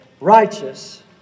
righteous